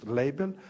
label